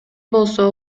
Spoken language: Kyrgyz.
болсо